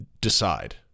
decide